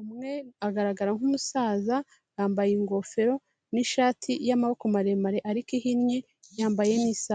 umwe agaragara nk'umusaza yambaye ingofero n'ishati y'amaboko maremare ariko ihinnye, yambaye n'isaha.